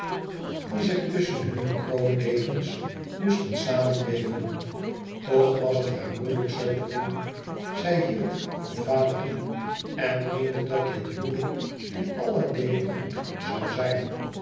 die zich tusschen hunne kroonlevens moesten samen weven toch was het haar moeilijk zoo te doen zij hield van valérie en meende dat dit huwelijk in allen deele goed zoû zijn